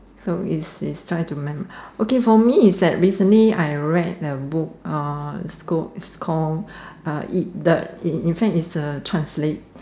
so it's it's trying to mem~ okay for me it's that recently I read a book uh it's called it's called uh it the in fact its the translate